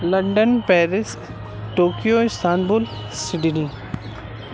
London Paris Tokyo Istanbul Sydney